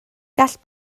gall